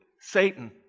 satan